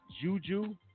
Juju